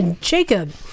Jacob